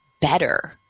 better